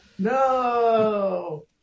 No